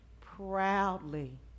proudly